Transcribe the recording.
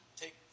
take